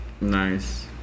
Nice